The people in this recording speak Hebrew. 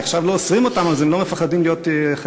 כי עכשיו לא אוסרים אותם אז הם לא מפחדים יותר להיות חייבים,